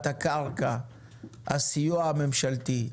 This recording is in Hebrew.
צו רך בסיוע ממשלתי,